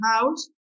house